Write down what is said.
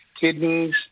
kidneys